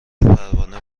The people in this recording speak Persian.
وپروانه